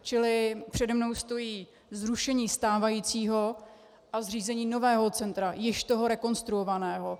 Čili přede mnou stojí zrušení stávajícího a zřízení nového centra, již toho rekonstruovaného.